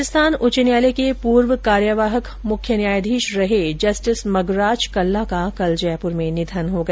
Rajasthan high court के पूर्व कार्यवाहक मुख्य न्यायाधीश रहे जस्टिस मगराज कल्ला का कल जयपुर में निधन हो गया